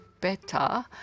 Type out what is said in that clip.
better